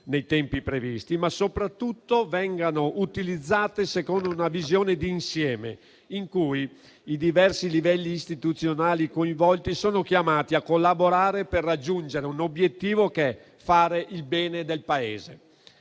nei tempi previsti, ma soprattutto vengano utilizzate secondo una visione d'insieme in cui i diversi livelli istituzionali coinvolti sono chiamati a collaborare per raggiungere un obiettivo che è fare il bene del Paese.